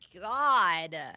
God